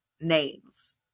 names